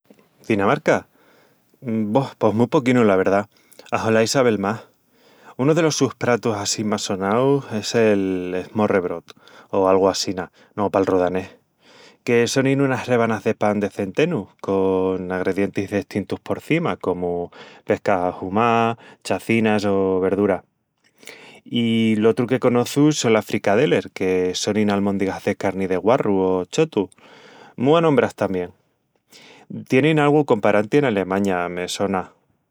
Dinamarca? Boh, pos mu poquinu, la verdá... Axolá i sabel más... Unu delos sus pratus assín más sonaus es el “smørrebrød”, o algu assina, no palru danés... que sonin unas rebanás de pan de centenu con agredientis destintus porcima, comu pesca ahumá, chacinas o verdura. I l'otru que conoçu son las “frikadeller”, que sonin almóndigas de carni de guarru o chotu, mu anombrás tamién. Tienin algu comparanti en Alemaña, me sona.